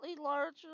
larger